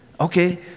Okay